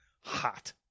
hot